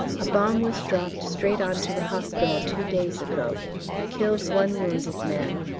a bomb was dropped straight on to the hospital two days ago killed one wounded man,